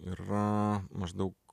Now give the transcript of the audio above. yra maždaug